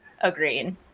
Agreed